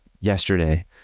yesterday